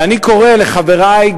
ואני קורא לחברי,